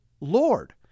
Lord